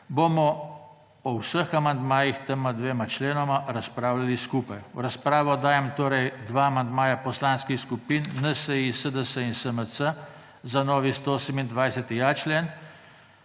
bomo o vseh amandmajih k tema dvema členoma razpravljali skupaj. V razpravo dajem torej dva amandmaja poslanskih skupin NSi, SDS in SMC za novi 128.a člen